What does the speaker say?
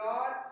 God